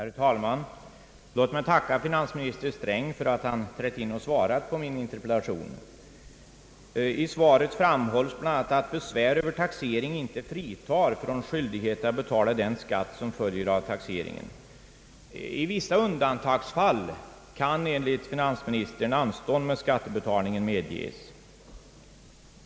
Herr talman! Låt mig tacka finansminister Sträng för att han trätt in och svarat på min interpellation. I svaret framhålles bl.a. att besvär över taxering inte fritar från skyldighet att betala den skatt som följer av taxeringen. I vissa undantagsfall kan, enligt finansministern, anstånd med skattebetalningen medges.